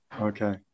Okay